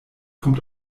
kommt